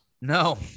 No